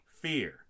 fear